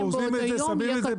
ואורזים את זה שמים בזה,